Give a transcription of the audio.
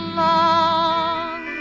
long